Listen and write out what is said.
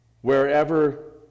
wherever